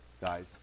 guys